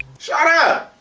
shut-up!